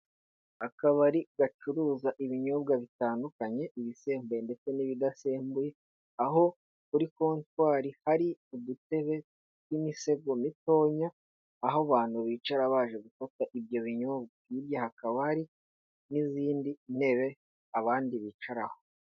Akabari gacuruza ibinyobwa bitandukanye ibisembuye ndetse n'ibidasembuye, aho kuri kontwari hari udutebe tw'imisego mitonya, aho abantu bicara baje gufata ibyo binyobwarya. Hirya hakaba hari n'izindi ntebe abandi bicaraho.